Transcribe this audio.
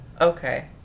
Okay